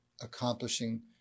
accomplishing